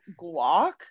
guac